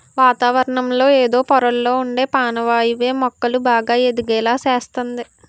వాతావరణంలో ఎదో పొరల్లొ ఉండే పానవాయువే మొక్కలు బాగా ఎదిగేలా సేస్తంది